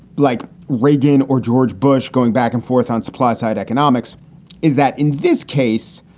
like reagan or george bush, going back and forth on supply side economics is that in this case,